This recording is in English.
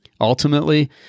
Ultimately